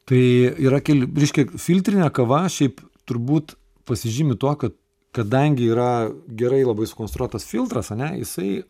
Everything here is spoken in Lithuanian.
tai yra keli reiškia filtrinė kava šiaip turbūt pasižymi tuo kad kadangi yra gerai labai sukonstruotas filtras ane jisai